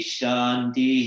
Shanti